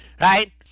Right